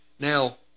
Now